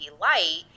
light